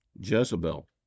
Jezebel